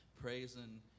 praising